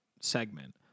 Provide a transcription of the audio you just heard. segment